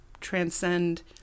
transcend